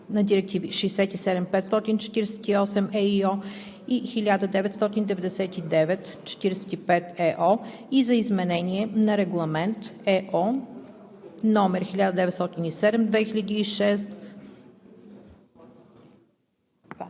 на директиви 67/548/ЕИО и 1999/45/ЕО и за изменение на Регламент (ЕО) № 1907/2006.“